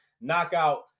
knockout